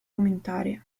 aumentare